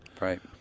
Right